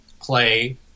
play